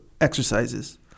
exercises